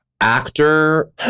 Actor